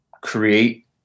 create